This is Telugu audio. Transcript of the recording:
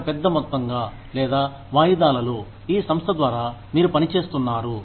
ఒక పెద్ద మొత్తంగా లేదా వాయిదాలలో ఈ సంస్థ ద్వారా మీరు పని చేస్తున్నారు